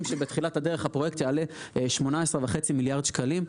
שבתחילת הדרך הפרויקט יעלה 18.5 מיליארד שקלים.